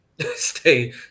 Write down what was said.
stay